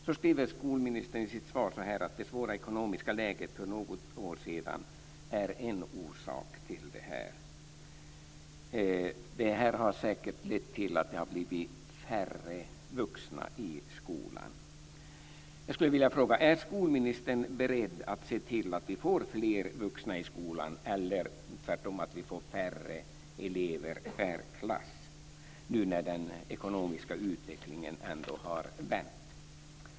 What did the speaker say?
Så skriver skolministern i sitt svar att det svåra ekonomiska läget för något år sedan är en orsak till detta. Detta har säkert lett till att det har blivit färre vuxna i skolan. Jag skulle vilja fråga om skolministern är beredd att se till att vi får fler vuxna i skolan eller färre elever per klass, nu när den ekonomiska utvecklingen ändå har vänt.